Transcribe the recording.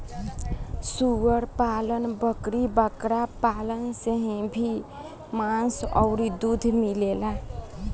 सूअर पालन, बकरी बकरा पालन से भी मांस अउरी दूध मिलेला